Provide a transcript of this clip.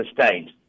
sustained